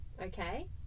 Okay